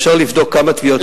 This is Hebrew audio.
אפשר לבדוק כמה תביעות יש.